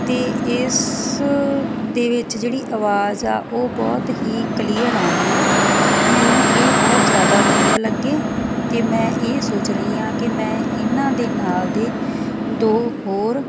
ਤੇ ਇਸ ਦੇ ਵਿੱਚ ਜਿਹੜੀ ਆਵਾਜ਼ ਆ ਉਹ ਬਹੁਤ ਹੀ ਕਲੀਅਰ ਆਉਂਦੀ ਆ ਮੈਨੂੰ ਇਹ ਬਹੁਤ ਜਿਆਦਾ ਵਧੀਆ ਲੱਗੇ ਤੇ ਮੈਂ ਇਹ ਸੋਚ ਰਹੀ ਆਂ ਕਿ ਮੈਂ ਇਹਨਾਂ ਦੇ ਨਾਲ ਦੇ ਦੋ ਹੋਰ